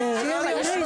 הלביאות,